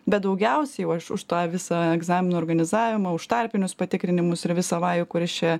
bet daugiausiai o aš už tą visą egzaminų organizavimą už tarpinius patikrinimus ir visą vajų kuris čia